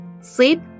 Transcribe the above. sleep